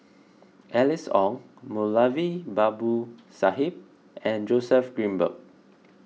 Alice Ong Moulavi Babu Sahib and Joseph Grimberg